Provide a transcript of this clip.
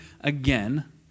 again